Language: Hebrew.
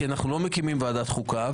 כי אנחנו לא מקימים ועדת חוקה,